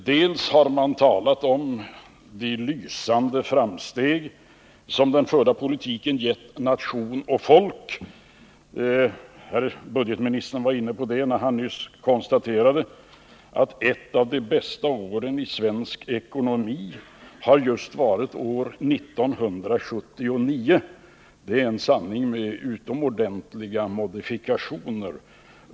Man har talat om de lysande framsteg som den förda politiken har givit nation och folk — budgetministern var inne på det när han nyss konstaterade att ett av de bästa åren i svensk ekonomi har varit just år 1979. Det är en sanning med utomordentlig modifikation.